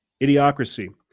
Idiocracy